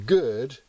good